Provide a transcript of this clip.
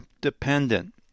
dependent